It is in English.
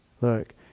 Look